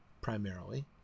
primarily